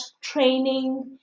training